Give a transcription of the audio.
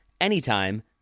anytime